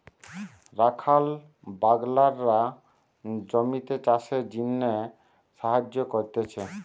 রাখাল বাগলরা জমিতে চাষের জিনে সাহায্য করতিছে